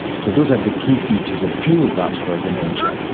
so those are the key features of pure vascular dementia.